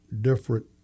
different